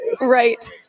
Right